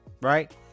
Right